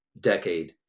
decade